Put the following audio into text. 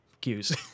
cues